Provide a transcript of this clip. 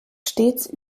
stets